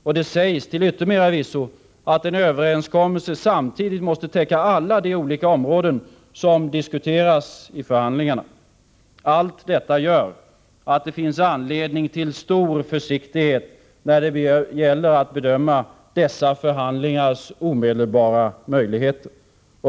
Och det sägs till yttermera visso att en överenskommelse samtidigt måste täcka alla de olika områden som diskuteras i förhandlingarna. Allt detta gör att det finns anledning till stor försiktighet när det gäller att bedöma dessa förhandlingars omedelbara möjligheter.